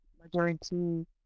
majority